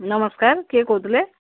ନମସ୍କାର କିଏ କହୁଥିଲେ